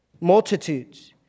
multitudes